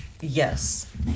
Yes